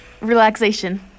Relaxation